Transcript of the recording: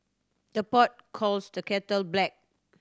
the pot calls the kettle black